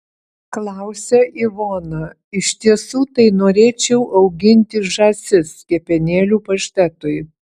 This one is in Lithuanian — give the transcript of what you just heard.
klausia ivona iš tiesų tai norėčiau auginti žąsis kepenėlių paštetui